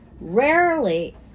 rarely